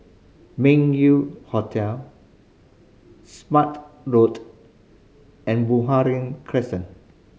Meng Yew Hotel Smart Road and Buroh Crescent